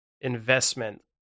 investment